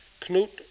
Knut